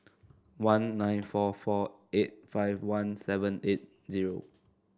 one nine four four eight five one seven eight zero